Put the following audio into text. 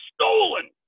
stolen